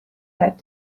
that